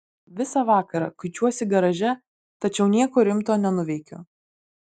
visą vakarą kuičiuosi garaže tačiau nieko rimto nenuveikiu